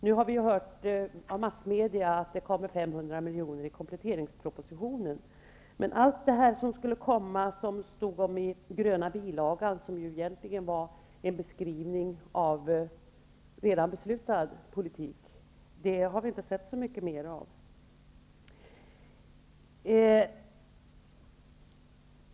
Nu har vi hört av massmedia att det kommer 500 miljoner i kompletteringspropositionen. Men allt det som det stod om i gröna bilagan, som ju egentligen var en beskrivning av redan beslutad politik, har vi inte sett så mycket mer av.